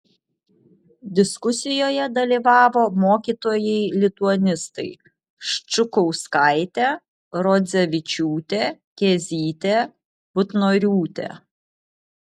diskusijoje dalyvavo mokytojai lituanistai ščukauskaitė rodzevičiūtė kėzytė butnoriūtė